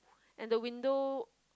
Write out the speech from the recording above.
and the window